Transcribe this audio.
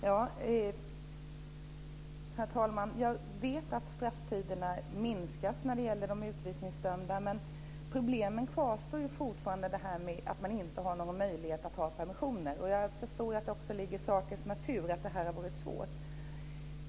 Herr talman! Jag vet att strafftiderna minskas för de utvisningsdömda. Men problemen kvarstår ju när det gäller att dessa människor inte har några möjligheter till permissioner. Jag förstår att det också ligger i sakens natur att detta har varit svårt.